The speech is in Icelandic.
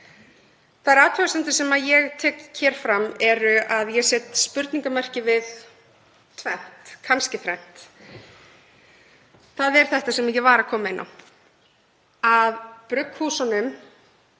Þær athugasemdir sem ég tek hér fram eru að ég set spurningarmerki við tvennt, kannski þrennt. Það er þetta sem ég var að koma inn á, að brugghúsunum